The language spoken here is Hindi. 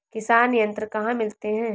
किसान यंत्र कहाँ मिलते हैं?